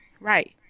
right